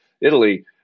Italy